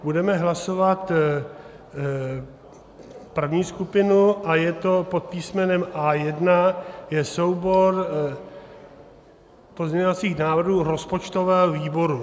Budeme hlasovat první skupinu, a je to pod písmenem A1, soubor pozměňovacích návrhů rozpočtového výboru.